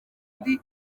ndi